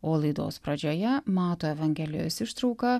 o laidos pradžioje mato evangelijos ištrauka